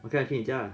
okay lah 去你家 lah